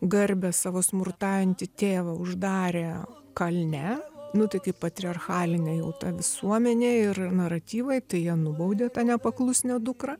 garbę savo smurtaujantį tėvą uždarė kalne nu tai kaip patriarchalinė jau ta visuomenė ir naratyvai tai ją nubaudė tą nepaklusnią dukrą